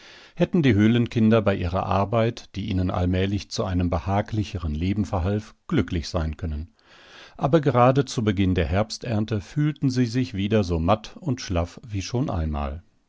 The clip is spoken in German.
hätten die höhlenkinder bei ihrer arbeit die ihnen allmählich zu einem behaglicheren leben verhalf glücklich sein können aber gerade zu beginn der herbsternte fühlten sie sich wieder so matt und schlaff wie schon einmal